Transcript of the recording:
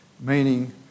meaning